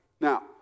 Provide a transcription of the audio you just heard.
Now